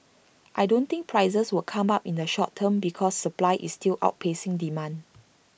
I don't think prices will come up in the short term because supply is still outpacing demand